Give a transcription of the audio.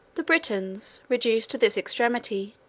the britons, reduced to this extremity,